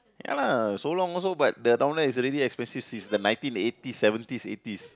ya lah so long also but the down there is already expensive since the ninety eighties seventies eighties